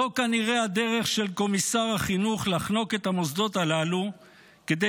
זו כנראה הדרך של קומיסר החינוך לחנוק את המוסדות הללו כדי